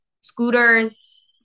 Scooters